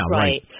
right